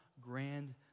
grand